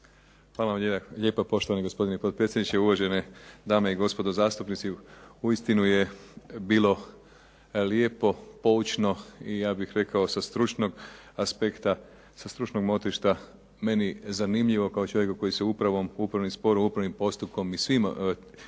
Hvala vam lijepa poštovani gospodine potpredsjedniče, uvažene dame i gospodo zastupnici uistinu je bilo lijepo, poučno i ja bih rekao sa stručnog aspekta, sa stručnog motrišta meni zanimljivo kao čovjeku koji se upravnim sporom, upravnim postupkom i svim